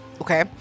okay